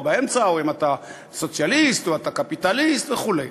באמצע או אם אתה סוציאליסט או אתה קפיטליסט וכו'.